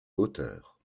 hauteur